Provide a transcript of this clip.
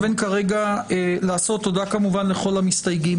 תודה לכל המסתייגים.